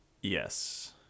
Yes